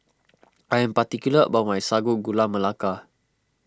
I am particular about my Sago Gula Melaka